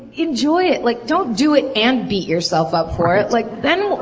enjoy it. like don't do it and beat yourself up for it. like then what,